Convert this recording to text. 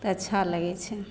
तऽ अच्छा लगै छै